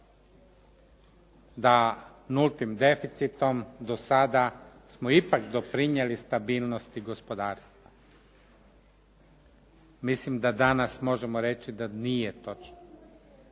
da nultim deficitom do sada smo ipak doprinijeli stabilnosti gospodarstva. Mislim da danas možemo reći da nije točno.